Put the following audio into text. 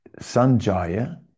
Sanjaya